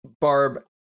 Barb